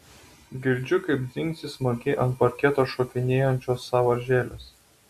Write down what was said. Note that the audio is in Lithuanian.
girdžiu kaip dzingsi smagiai ant parketo šokinėjančios sąvaržėlės